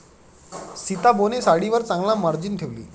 सीताबोने साडीवर चांगला मार्जिन ठेवले